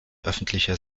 öffentlicher